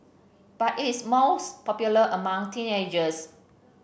but it is most popular among teenagers